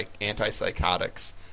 anti-psychotics